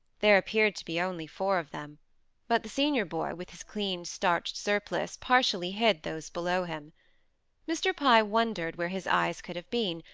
there appeared to be only four of them but the senior boy with his clean, starched surplice, partially hid those below him mr. pye wondered where his eyes could have been,